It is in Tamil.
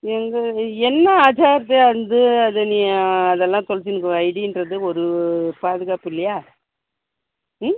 என்ன அஜாக்ரதையாக இருந்து அதை நீ அதெல்லாம் தொலைச்சு ஐடின்றது ஒரு பாதுகாப்பு இல்லையா ம்